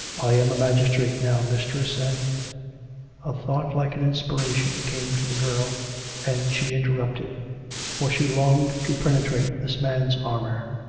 i am a magistrate, now, mistress, and a thought like an inspiration came to the girl and she interrupted for she longed to penetrate this man's armour.